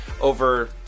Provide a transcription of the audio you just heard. over